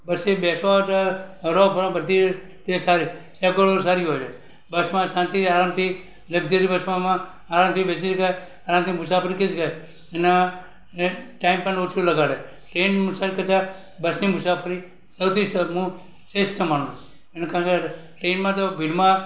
બસની બેસવામાં હરવા ફરવામાં બધી રીતે સારી ટેકનોલોજી સારી હોય છે બસમાં શાંતિથી આરામથી લગઝરી બસોમાં આરામથી બેસી શકાય આરામથી મુસાફરી કરી શકાય એના એ ટાઈમ પણ ઓછો લગાડે ટ્રેનની મુસાફરી કરતાં બસની મુસાફરી સૌથી હું શ્રેષ્ઠ માનું એનું કારણ કે ટ્રેનમાં તો ભીડમાં